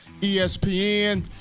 ESPN